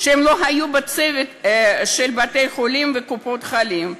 שהם לא היו בצוות של בתי-החולים וקופות-החולים,